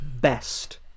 best